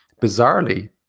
Bizarrely